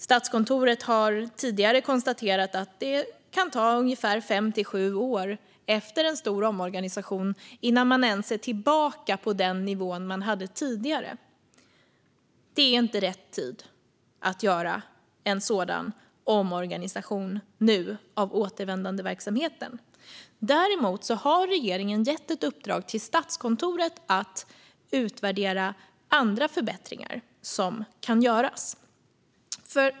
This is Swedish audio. Statskontoret har tidigare konstaterat att det kan ta fem till sju år efter en stor omorganisation innan man ens är tillbaka på den nivå man hade tidigare. Det är inte rätt tid att göra en sådan omorganisation av återvändandeverksamheten nu. Däremot har regeringen gett ett uppdrag till Statskontoret att utvärdera andra förbättringar som kan göras.